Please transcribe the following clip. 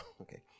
okay